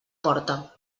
porta